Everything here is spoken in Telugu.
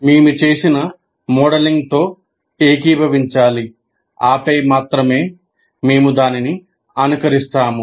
మేము చేసిన మోడలింగ్తో ఏకీభవించాలి ఆపై మాత్రమే మేము దానిని అనుకరిస్తాము